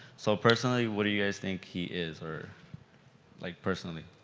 so personally what do you guys think he is or like personally?